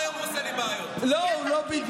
הוא כל היום עושה לי בעיות, לא, לא בדיוק.